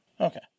Okay